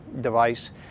device